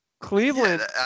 Cleveland